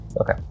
Okay